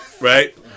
Right